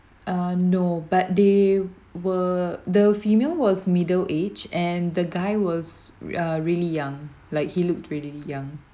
uh no but they were the female was middle age and the guy was uh really young like he looked really young